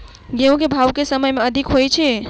गेंहूँ केँ भाउ केँ समय मे अधिक होइ छै?